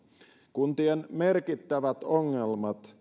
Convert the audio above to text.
kuntien merkittävät ongelmat